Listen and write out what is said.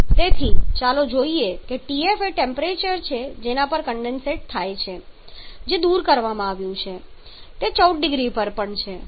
તેથી ચાલો જોઇએ કે Tf એ ટેમ્પરેચર છે કે જેના પર કન્ડેન્સેટ છે જે દૂર કરવામાં આવ્યું છે તે 14 0C પર પણ છે